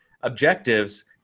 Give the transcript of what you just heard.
objectives